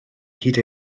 hyd